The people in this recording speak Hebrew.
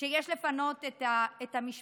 שיש לפנות את המשפחות,